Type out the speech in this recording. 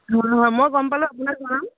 হয় হয় মই গম পালেও আপোনাক জনাম